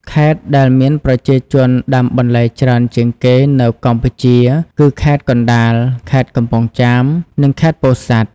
ខេត្តដែលមានប្រជាជនដាំបន្លែច្រើនជាងគេនៅកម្ពុជាគឺ ខេត្តកណ្ដាល ខេត្តកំពង់ចាម និង ខេត្តពោធិ៍សាត់។